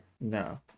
No